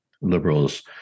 liberals